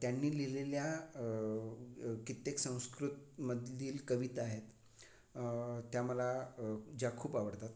त्यांनी लिहिलेल्या कित्येक संस्कृतमधील कविता आहेत त्या मला ज्या खूप आवडतात